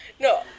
No